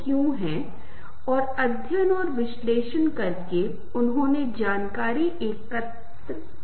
क्यों कि विशिष्ट प्रकार की रिंगटोन सुखदायक होती हैं जबकि कुछ अन्य रिंगटोन बहुत परेशान करते हैं